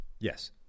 yes